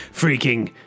freaking